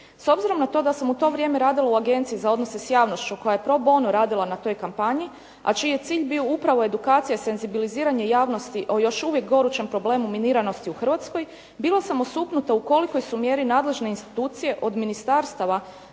S obzirom na to da sam u to vrijeme radila u Agenciji za odnose s javnošću koja je pro bono radila na toj kampanji, a čiji je cilj bio upravo edukacija i senzibiliziranje javnosti o još uvijek gorućem problemu miniranosti u Hrvatskoj, bila sam osupnuta u kolikoj su mjeri nadležne institucije od ministarstava